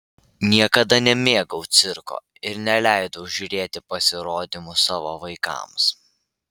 niekada nemėgau cirko ir neleidau žiūrėti pasirodymų savo vaikams